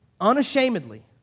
unashamedly